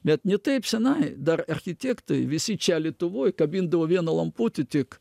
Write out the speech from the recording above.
bet ne taip senai dar architektai visi čia lietuvoj kabindavo vieną lamputį tik